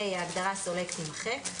ההגדרה "סולק" תימחק.